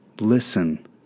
listen